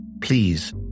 please